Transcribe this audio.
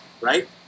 right